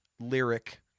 lyric